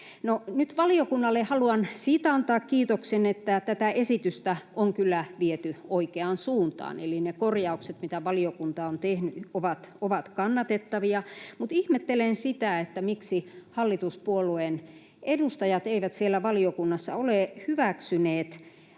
nyt valiokunnalle haluan siitä antaa kiitoksen, että tätä esitystä on kyllä viety oikeaan suuntaan — eli ne korjaukset, mitä valiokunta on tehnyt, ovat kannatettavia — mutta ihmettelen, miksi hallituspuolueiden edustajat eivät siellä valiokunnassa ole hyväksyneet